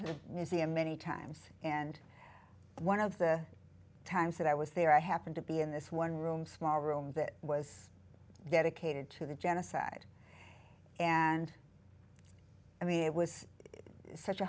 to the museum many times and one of the times that i was there i happened to be in this one room small room that was dedicated to the genocide and i mean it was such a